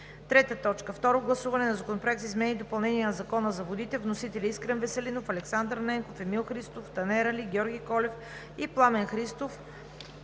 2019 г. 3. Второ гласуване на Законопроекта за изменение и допълнение на Закона за водите. Вносители – Искрен Веселинов, Александър Ненков, Емил Христов, Танер Али, Георги Колев и Пламен Христов